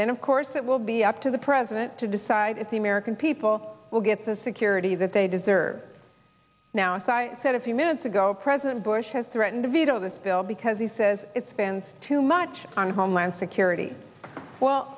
then of course it will be up to the president to decide if the american people will get the security that they deserve now syosset a few minutes ago president bush has threatened to veto this bill because he says it spends too much on homeland security well